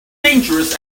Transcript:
dangerous